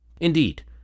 Indeed